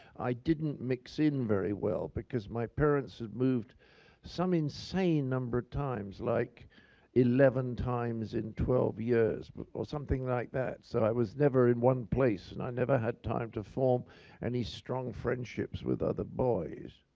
i didn't mix in very well, because my parents had moved some insane number times, like eleven times in twelve years or something like that. so i was never in one place and i never had time to form any strong friendships with other boys.